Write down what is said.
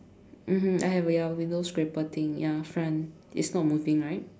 mmhmm I have a yellow window scraper thing ya front it's not moving right